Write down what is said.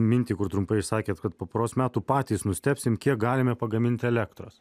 mintį kur trumpai išsakėt kad po poros metų patys nustebsim kiek galime pagaminti elektros